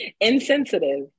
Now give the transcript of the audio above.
Insensitive